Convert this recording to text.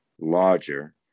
larger